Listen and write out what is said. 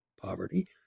poverty